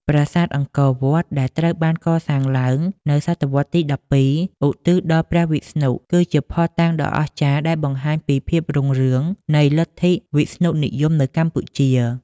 ប្រាសាទអង្គរវត្ត ដែលត្រូវបានកសាងឡើងនៅសតវត្សរ៍ទី ១២ ឧទ្ទិសដល់ព្រះវិស្ណុ គឺជាភស្តុតាងដ៏អស្ចារ្យដែលបង្ហាញពីភាពរុងរឿងនៃលទ្ធិវិស្ណុនិយមនៅកម្ពុជា។